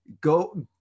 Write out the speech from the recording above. Go